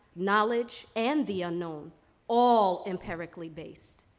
knowledge, and the unknown all empirically based.